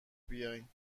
بیاین